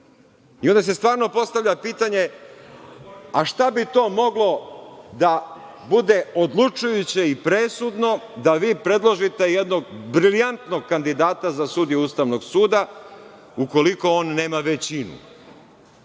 Onda se stvarno postavlja pitanje, a šta bi to moglo da bude odlučujuće i presudno da vi predložite jednog brilijantnog kandidata za sudiju Ustavnog suda, ukoliko on nema većinu. Vidite,